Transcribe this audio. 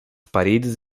paredes